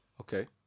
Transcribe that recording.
Okay